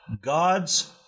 God's